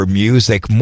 music